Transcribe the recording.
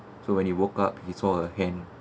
so when he woke up he saw a hand